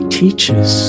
teaches